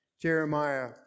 Jeremiah